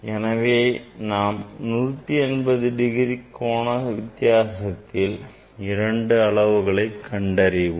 எனவே நாம் 180 டிகிரி கோண வித்தியாசத்தில் இரண்டு அளவுகளை கண்டறிவோம்